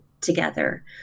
together